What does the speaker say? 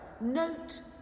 note